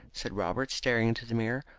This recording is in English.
said robert, staring into the mirror.